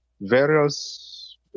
various